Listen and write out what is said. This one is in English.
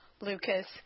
Lucas